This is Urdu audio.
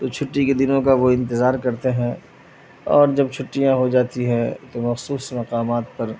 تو چھٹی کے دنوں کا وہ انتظار کرتے ہیں اور جب چھٹیاں ہو جاتی ہیں تو مخصوص مقامات پر